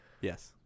Yes